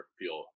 feel